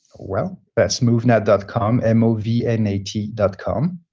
well, that's movnat dot com. m o v n a t dot com.